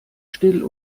still